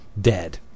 dead